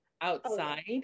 Outside